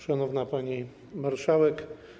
Szanowna Pani Marszałek!